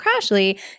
Crashly